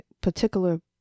particular